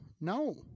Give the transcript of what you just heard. No